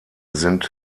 sind